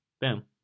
Boom